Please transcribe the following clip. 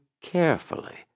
carefully